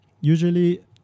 usually